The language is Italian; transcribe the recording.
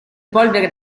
polvere